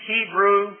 Hebrew